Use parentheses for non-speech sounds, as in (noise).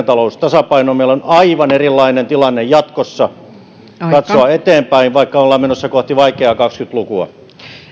(unintelligible) talouden tasapainoon meillä on jatkossa aivan erilainen tilanne katsoa eteenpäin vaikka ollaan menossa kohti vaikeaa kaksikymmentä lukua